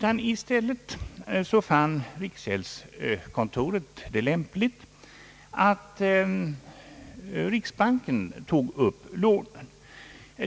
I stället fann riksgäldskontoret det lämpligt att riksbanken tog upp lånen i sin portfölj.